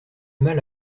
mal